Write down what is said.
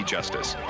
Justice